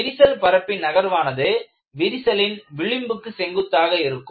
விரிசல் பரப்பின் நகர்வானது விரிசலின் விளிம்புக்கு செங்குத்தாக இருக்கும்